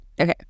okay